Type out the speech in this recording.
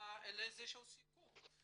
לאיזה שהוא סיכום.